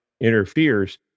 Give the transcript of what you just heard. interferes